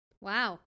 Wow